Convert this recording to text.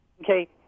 Okay